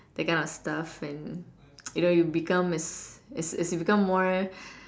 that kind of stuff and you know you become is is is you become more